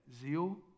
Zeal